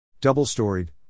Double-storied